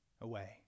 away